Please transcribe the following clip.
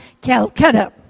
Calcutta